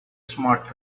smart